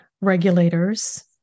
regulators